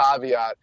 caveat